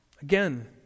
Again